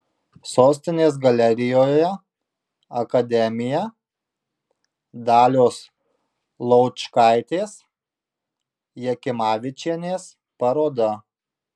sostinės galerijoje akademija dalios laučkaitės jakimavičienės paroda